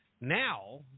now